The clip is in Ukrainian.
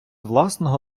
власного